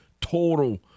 total